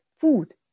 food